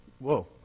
whoa